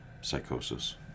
psychosis